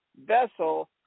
vessel